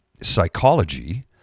psychology